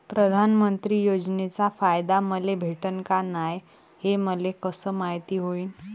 प्रधानमंत्री योजनेचा फायदा मले भेटनं का नाय, हे मले कस मायती होईन?